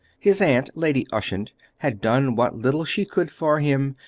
his aunt, lady ushant, had done what little she could for him,